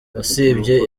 usibye